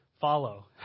follow